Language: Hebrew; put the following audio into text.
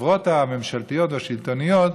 החברות הממשלתיות והשלטוניות,